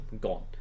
gone